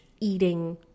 eating